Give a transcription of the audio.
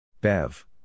Bev